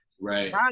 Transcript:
Right